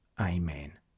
Amen